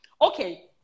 okay